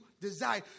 desire